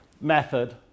method